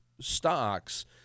Stocks